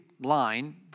line